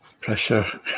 Pressure